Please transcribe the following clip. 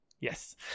Yes